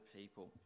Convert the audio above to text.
people